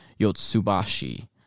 Yotsubashi